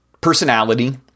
personality